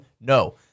No